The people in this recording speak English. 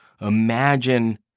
Imagine